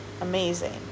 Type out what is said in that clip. amazing